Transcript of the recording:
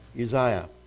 Uzziah